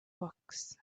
books